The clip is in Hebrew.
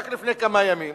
רק לפני כמה ימים